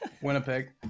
Winnipeg